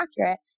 accurate